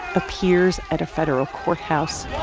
appears at a federal courthouse